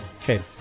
Okay